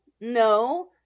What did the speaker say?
no